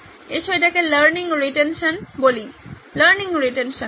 আসুন এটাকে learning retention learning retention বলি